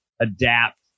adapt